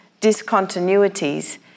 discontinuities